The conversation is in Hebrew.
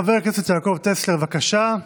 חבר הכנסת יעקב טסלר, בבקשה,